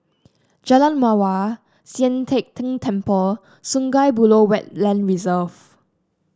Jalan Mawar Sian Teck Tng Temple Sungei Buloh Wetland Reserve